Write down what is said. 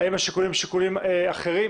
האם השיקולים הם שיקולים אחרים?